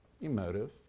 emotive